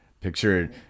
Picture